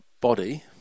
body